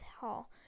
hall